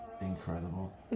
Incredible